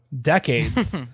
decades